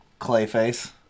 clayface